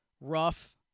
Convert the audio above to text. rough